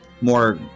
more